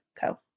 Co